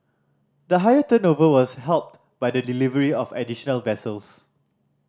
the higher turnover was helped by the delivery of additional vessels